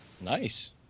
Nice